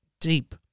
deep